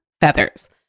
feathers